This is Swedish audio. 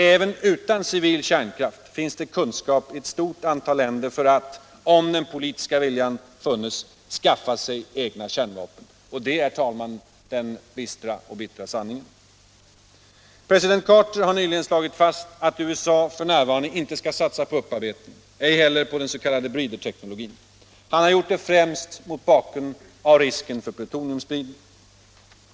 Även utan civil kärnkraft finns det kunskap i ett stort antal länder för att — om den politiska viljan funnes — skaffa sig egna kärnvapen. Det är, herr talman, den bistra och bittra sanningen. President Carter har nyligen slagit fast att USA f.n. inte skall satsa på upparbetning, ej heller på den s.k. bridteknologin. Han har gjort det främst mot bakgrunden av risken för plutoniumspridning.